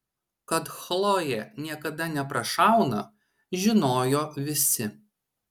kad chlojė niekada neprašauna žinojo visi